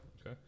Okay